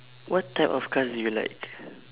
what type of cars do you like